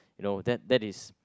you know that that is